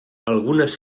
algunes